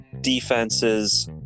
defenses